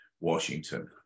Washington